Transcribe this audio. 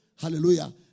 Hallelujah